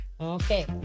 Okay